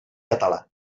català